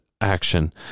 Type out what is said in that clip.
action